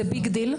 זה ביג דיל,